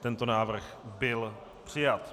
Tento návrh byl přijat.